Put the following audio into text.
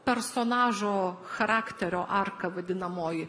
personažo charakterio arka vadinamoji